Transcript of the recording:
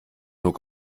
nur